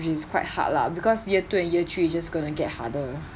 which is quite hard lah because year two and year three is just gonna get harder